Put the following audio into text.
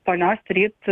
ponios ryt